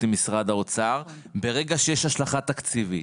עם משרד האוצר ברגע שיש השלכה תקציבית.